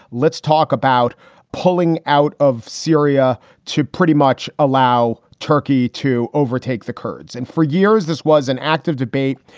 let's talk about pulling out of syria to pretty much allow turkey to overtake the kurds. and for years, this was an active debate.